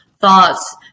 thoughts